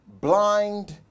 blind